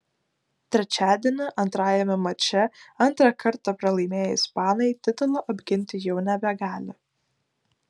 trečiadienį antrajame mače antrą kartą pralaimėję ispanai titulo apginti jau nebegali